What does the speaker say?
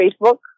Facebook